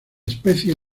especie